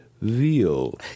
Veal